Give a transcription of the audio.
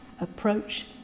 approach